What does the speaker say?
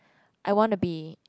I wanna be